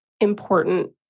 important